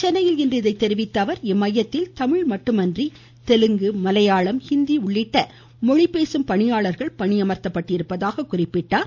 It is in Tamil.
சென்னையில் இன்று இதனை தெரிவித்த அவர் இம்மையத்தில் தமிழ் மட்டுமன்றி தெலுங்கு மலையாளம் ஹிந்தி உள்ளிட்ட மொழிபேசும் பணியாளர்கள் பணியமர்த்தப்பட்டிருப்பதாக குறிபபிட்டார்